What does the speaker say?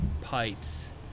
pipes